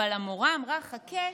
יפעת שאשא ביטון (המחנה הממלכתי): אבל המורה אמרה: חכה,